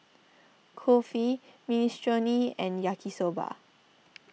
Kulfi Minestrone and Yaki Soba